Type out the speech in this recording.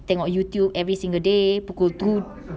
tengok youtube every single day pukul tu~